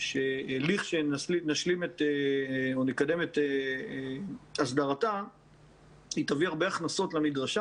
שלי שכשנקדם את הסדרתה היא תביא הרבה הכנסות למדרשה